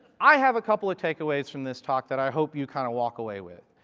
i have a couple of takeaways from this talk that i hope you kind of walk away with.